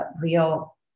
real